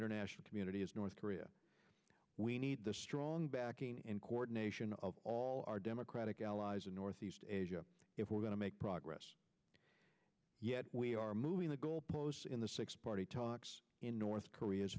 international community is north korea we need the strong backing and coordination of all our democratic allies in northeast asia if we're going to make progress yet we are moving the goal posts in the six party talks in north korea's